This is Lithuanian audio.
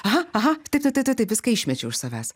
aha aha taip taip taip taip taip viską išmečiau iš savęs